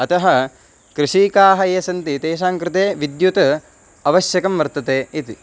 अतः कृषिकाः ये सन्ति तेषां कृते विद्युत् अवश्यं वर्तते इति